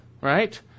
right